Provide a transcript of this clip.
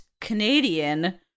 Canadian